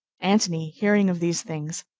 antony, hearing of these things,